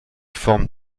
forme